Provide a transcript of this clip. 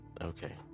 Okay